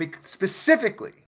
specifically